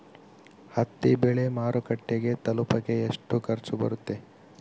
ಹತ್ತಿ ಬೆಳೆ ಮಾರುಕಟ್ಟೆಗೆ ತಲುಪಕೆ ಎಷ್ಟು ಖರ್ಚು ಬರುತ್ತೆ?